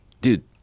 dude